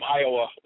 Iowa